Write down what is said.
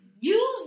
Use